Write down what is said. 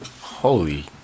Holy